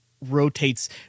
rotates